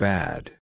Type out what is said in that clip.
Bad